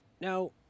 Now